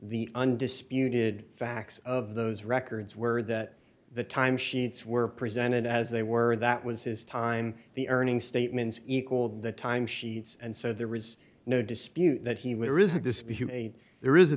the undisputed facts of those records were that the time sheets were presented as they were that was his time the earning statements equaled the time sheets and so there was no dispute that he